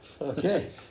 Okay